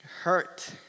hurt